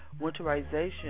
Winterization